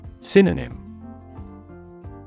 Synonym